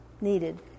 needed